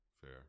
Fair